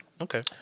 Okay